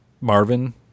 Marvin